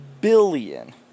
billion